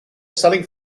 selling